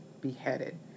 beheaded